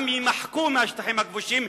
גם יימחקו מהשטחים הכבושים,